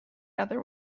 other